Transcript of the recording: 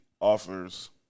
offers